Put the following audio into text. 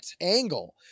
angle